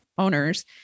owners